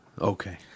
Okay